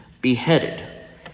beheaded